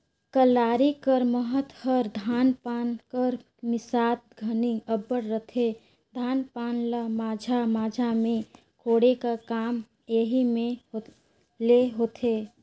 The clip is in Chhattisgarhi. कलारी कर महत हर धान पान कर मिसात घनी अब्बड़ रहथे, धान पान ल माझा माझा मे कोड़े का काम एही मे ले होथे